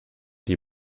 die